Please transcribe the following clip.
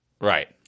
Right